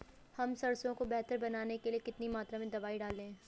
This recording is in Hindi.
हम सरसों को बेहतर बनाने के लिए कितनी मात्रा में दवाई डालें?